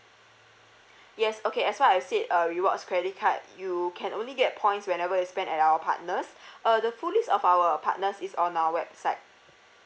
yes okay as what I've said uh rewards credit card you can only get points whenever you spend at our partners uh the full list of our partners is on our website